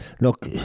look